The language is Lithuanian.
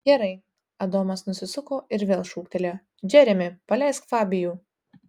gerai adomas nusisuko ir vėl šūktelėjo džeremi paleisk fabijų